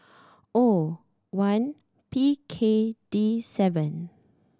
O one P K D seven